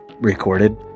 recorded